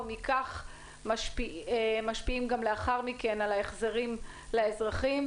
ובכך משפיעים גם לאחר מכן על ההחזרים לאזרחים.